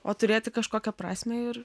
o turėti kažkokią prasmę ir